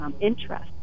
interest